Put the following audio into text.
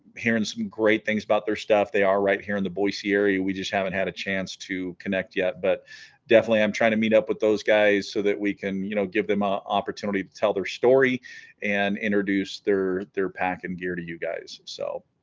hearing some great things about their stuff they are right here in the boise area we just haven't had a chance to connect yet but definitely i'm trying to meet up with those guys so that we can you know give them an ah opportunity to tell their story and introduce their their pack and gear to you guys so